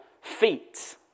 feet